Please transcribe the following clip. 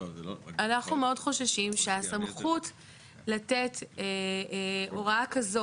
אנחנו מאוד חוששים שהסמכות לתת הוראה כזו,